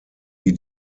wie